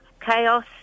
chaos